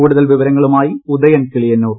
കൂടുതൽ വിവരങ്ങളുമായി ഉദയൻ കിളിയന്നൂർ